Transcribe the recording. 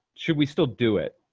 should we still do it?